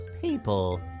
people